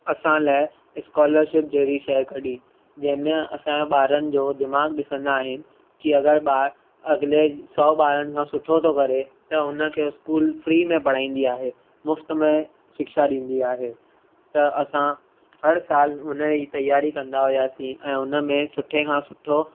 असां लाइ स्कॉलरशिप जहिड़ी शइ कढी जंहिंमें असांजे ॿारनि जो दिमागु ॾिसंदा आहिनि की अॻरि ॿार अॻिले सौ ॿारनि खां सुठो थो करे त हुनखे स्कूल फ्री में पढ़ाईंदी आहे मुफ़्ति में शिक्षा ॾींदी आहे त असां हर सालु हुनजी तयारी कंदा हुआसीं ऐं हुन में सुठे खां सुठो